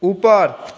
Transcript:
ऊपर